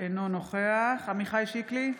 אינו נוכח עמיחי שיקלי,